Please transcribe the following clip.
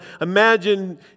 Imagine